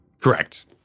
Correct